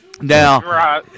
Now